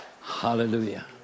hallelujah